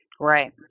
Right